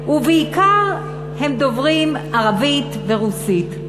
בעיקר הם דוברים ערבית ורוסית.